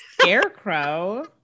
scarecrow